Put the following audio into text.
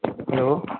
hello